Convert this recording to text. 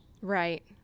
Right